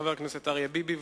חבר הכנסת אריה ביבי,